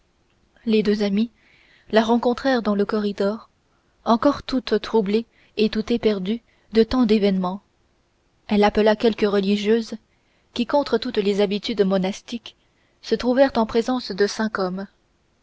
les deux amis la rencontrèrent dans le corridor encore toute troublée et tout éperdue de tant d'événements elle appela quelques religieuses qui contre toutes les habitudes monastiques se trouvèrent en présence de cinq hommes